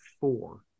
four